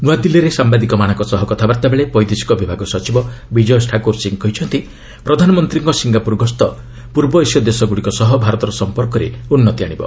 ନୃଆଦିଲ୍ଲୀରେ ସାମ୍ବାଦିକମାନଙ୍କ ସହ କଥାବାର୍ତ୍ତା ବେଳେ ବୈଦେଶିକ ବିଭାଗ ସଚିବ ବିଜୟ ଠାକୁର ସିଂହ କହିଛନ୍ତି ପ୍ରଧାନମନ୍ତ୍ରୀଙ୍କ ସିଙ୍ଗାପୁର ଗସ୍ତ ପୂର୍ବ ଏସୀୟ ଦେଶଗୁଡ଼ିକ ସହ ଭାରତର ସମ୍ପର୍କରେ ଉନ୍ନତି ଆଣିବ